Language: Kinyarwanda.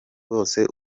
rwose